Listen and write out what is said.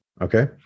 Okay